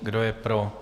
Kdo je pro?